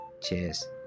Cheers